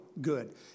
good